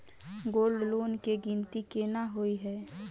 Gold loan केँ गिनती केना होइ हय?